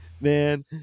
man